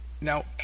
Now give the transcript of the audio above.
Now